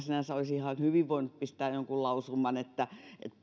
sinänsä olisi ihan hyvin voinut pistää jonkun lausuman